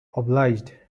obliged